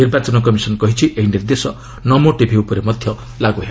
ନିର୍ବାଚନ କମିଶନ୍ କହିଛି ଏହି ନିର୍ଦ୍ଦେଶ 'ନମୋ ଟିଭି' ଉପରେ ମଧ୍ୟ ଲାଗୁ ହେବ